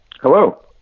Hello